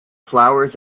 flowers